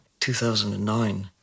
2009